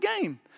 game